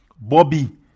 Bobby